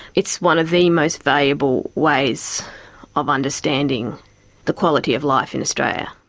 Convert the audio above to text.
it's one of the most valuable ways of understanding the quality of life in australia.